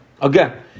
Again